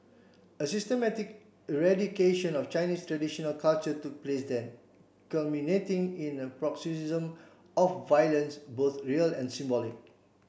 a systematic eradication of Chinese traditional culture took place then culminating in a paroxysm of violence both real and symbolic